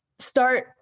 start